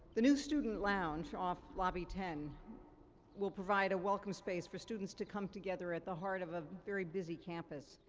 the new student lounge off the lobby ten will provide a welcome space for students to come together at the heart of a very busy campus.